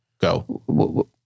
Go